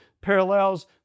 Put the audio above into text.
parallels